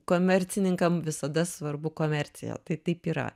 komercininkam visada svarbu komercija tai taip yra